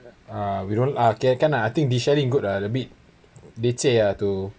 uh we don't uh okay can uh I think the deshelling good uh a bit they say have to